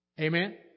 Amen